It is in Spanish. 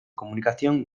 comunicación